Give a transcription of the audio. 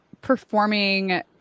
performing